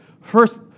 First